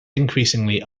increasingly